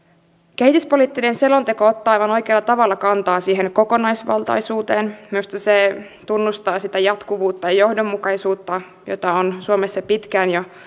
kehityspoliittinen selonteko ottaa aivan oikealla tavalla kantaa kokonaisvaltaisuuteen minusta se tunnustaa sitä jatkuvuutta ja ja johdonmukaisuutta joita on suomessa jo pitkään